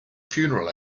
funeral